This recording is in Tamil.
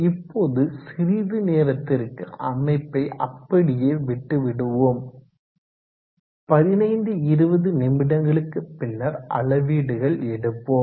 இப்போது சிறிது நேரத்திற்கு அமைப்பை அப்படியே விட்டுவிடுவோம் 1520 நிமிடங்களுக்கு பின்னர் அளவீடுகள் எடுப்போம்